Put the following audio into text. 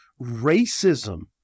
Racism